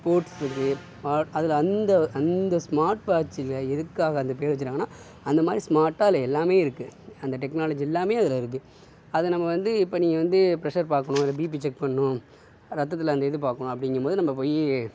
ஸ்போர்ட்ஸ்க்கு அதில் அந்த அந்த ஸ்மார்ட் வாட்ச்சில எதுக்காக அந்த பேர் வச்சு இருக்காங்கனா அந்தமாதிரி ஸ்மார்ட்டாக அதில் எல்லாமே இருக்குது அந்த டெக்னாலஜி எல்லாமே அதில் இருக்குது அதை நம்ம வந்து இப்போ நீங்கள் வந்து ப்ரஷர் பார்க்கணும் இல்லை பிபி செக் பண்ணணும் ரத்தத்தில் அந்த இது பார்க்கணும் அப்படிங்கபோது நம்ம போய்